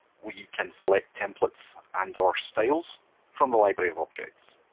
we can select templates and or styles from the library of objects.